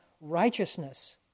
righteousness